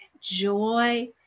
joy